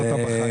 ובחרת בחיים.